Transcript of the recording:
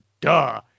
Duh